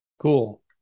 Cool